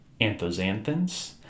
anthoxanthins